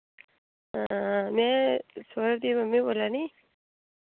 में सौरभ दी मम्मी बोल्ला नीं